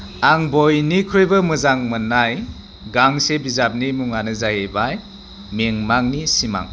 आं बयनिख्रुइबो मोजां मोननाय गांसे बिजाबनि मुङानो जाहैबाय मिमांनि सिमां